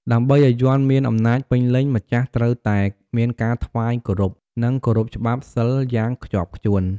ដើម្បីឱ្យយ័ន្តមានអំណាចពេញលេញ ម្ចាស់ត្រូវតែ មានការថ្វាយគោរព និង គោរពច្បាប់ “សីល” យ៉ាងខ្ជាប់ខ្ជួន។